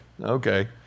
Okay